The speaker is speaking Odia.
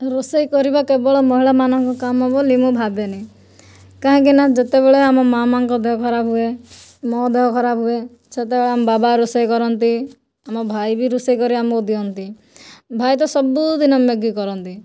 ରୋଷେଇ କରିବା କେବଳ ମହିଳାମାନଙ୍କ କାମ ବୋଲି ମୁଁ ଭାବେନି କାହିଁକିନା ଯେତେବେଳେ ଆମ ମାମାଙ୍କ ଦେହ ଖରାପ ହୁଏ ମୋ ଦେହ ଖରାପ ହୁଏ ସେତେବେଳେ ଆମ ବାବା ରୋଷେଇ କରନ୍ତି ଆମ ଭାଇ ବି ରୋଷେଇ କରି ଆମକୁ ଦିଅନ୍ତି ଭାଇ ତ ସବୁଦିନ ମ୍ୟାଗି କରନ୍ତି